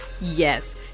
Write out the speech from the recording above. Yes